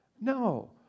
No